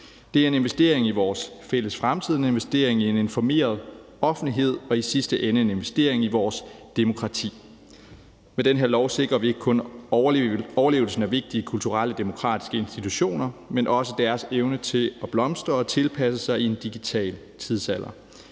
Det er en investering i vores fælles fremtid, en investering i en informeret offentlighed og i sidste ende en investering i vores demokrati. Med den her lov sikrer vi ikke kun overlevelsen af vigtige kulturelle demokratiske institutioner, men også deres evne til at blomstre og tilpasse sig i en digital tidsalder.